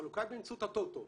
החלוקה באמצעות הטוטו,